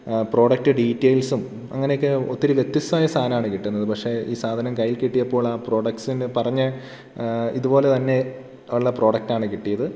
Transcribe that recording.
product ഡീറ്റൈൽസും അങ്ങനെയൊക്കെ ഒത്തിരി വ്യത്യസ്തമായ സാധനാണ് കിട്ടുന്നത് പക്ഷേ ഈ സാധനം കൈ കിട്ടിയപ്പോൾ ആ പ്രോഡക്ട്സിനെ പറഞ്ഞ് ഇതുപോലെ തന്നെ ഉള്ള പ്രോഡക്റ്റാണ് കിട്ടിയത്